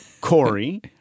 Corey